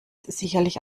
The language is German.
sicherlich